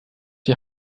die